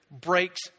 breaks